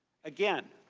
again,